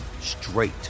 straight